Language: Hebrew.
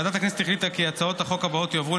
ועדת הכנסת החליטה כי הצעות החוק הבאות יועברו